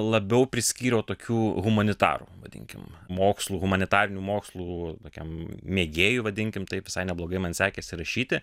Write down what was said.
labiau priskyriau tokių humanitarų vadinkim mokslų humanitarinių mokslų tokiam mėgėjui vadinkim taip visai neblogai man sekėsi rašyti